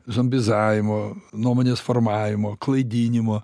zombizavimo nuomonės formavimo klaidinimo